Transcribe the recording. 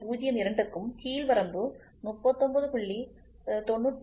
02க்கும் கீழ் வரம்பு 39